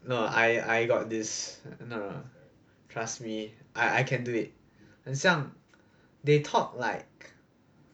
no I I got this no no no trust me I can do it 很像 they talk like